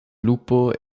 lupo